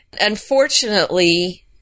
unfortunately